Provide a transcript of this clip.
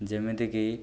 ଯେମିତିକି